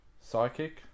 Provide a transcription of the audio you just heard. psychic